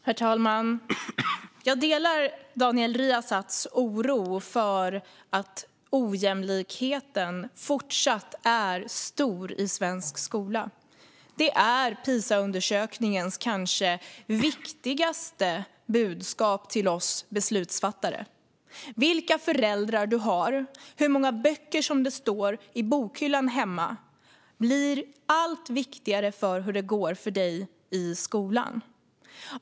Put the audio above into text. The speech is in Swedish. Herr talman! Jag delar Daniel Riazats oro för att ojämlikheten fortfarande är stor i svensk skola. Det är PISA-undersökningens kanske viktigaste budskap till oss beslutsfattare: Vilka föräldrar du har och hur många böcker som står i bokhyllan hemma blir allt viktigare för hur det går för dig i skolan.